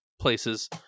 places